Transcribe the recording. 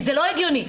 זה לא הגיוני.